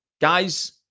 Guys